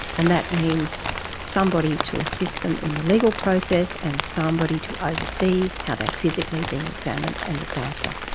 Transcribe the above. and that means somebody to assist them in the legal process and somebody to ah oversee how they are physically being examined and looked after.